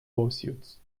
lawsuits